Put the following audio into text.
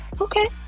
Okay